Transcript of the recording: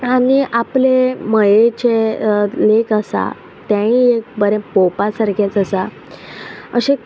आनी आपले मयेचे लेक आसा तेय एक बरें पोवपा सारकेंच आसा अशें